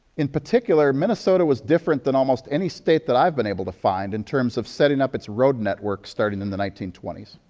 in particular, minnesota was different than almost any state that i've been able to find in terms of setting up its road network starting in the nineteen twenty s.